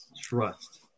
trust